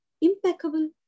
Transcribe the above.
impeccable